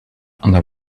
there